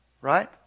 Right